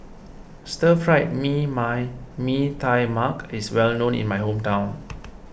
Stir Fried me my Mee Tai Mak is well known in my hometown